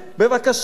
בבקשה,